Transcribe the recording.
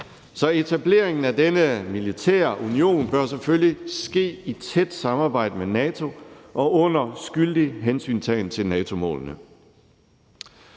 etableringen af denne militære union bør selvfølgelig ske i tæt samarbejde med NATO og under skyldig hensyntagen til NATO-målene.